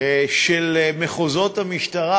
של מחוזות המשטרה,